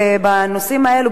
ובנושאים האלה,